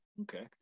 Okay